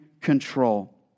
control